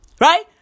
Right